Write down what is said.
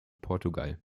portugal